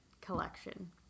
collection